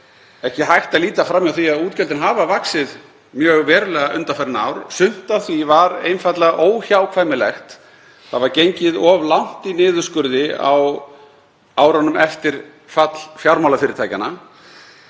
Ekki er hægt að líta fram hjá því að útgjöldin hafa vaxið mjög verulega undanfarin ár. Sumt af því var einfaldlega óhjákvæmilegt. Það var gengið of langt í niðurskurði á árunum eftir fall fjármálafyrirtækjanna.